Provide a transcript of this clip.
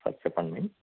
sir చెప్పండి